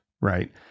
Right